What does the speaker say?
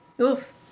Oof